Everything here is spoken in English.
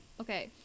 Okay